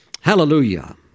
Hallelujah